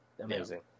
amazing